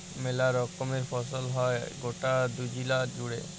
মেলা রকমের ফসল হ্যয় গটা দুলিয়া জুড়ে